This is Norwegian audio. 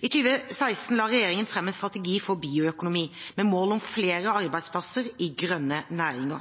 I 2016 la regjeringen fram en strategi for bioøkonomi, med mål om flere arbeidsplasser i grønne næringer.